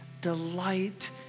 delight